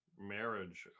marriage